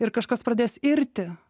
ir kažkas pradės irti